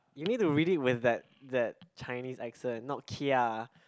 you need to really with that that Chinese accent not Kia